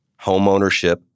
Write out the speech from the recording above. homeownership